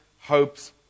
hopes